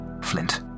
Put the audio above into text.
Flint